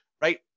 right